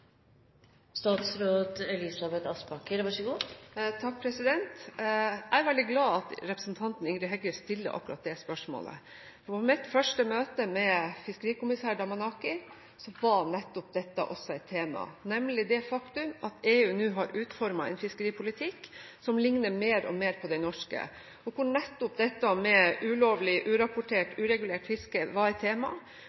Jeg er veldig glad for at representanten Ingrid Heggø stiller akkurat det spørsmålet. I mitt første møte med fiskerikommissær Damanaki var nettopp dette et tema, nemlig det faktum at EU nå har utformet en fiskeripolitikk som ligner mer og mer på den norske. Nettopp dette med ulovlig, urapportert